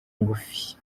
ngufi